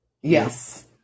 Yes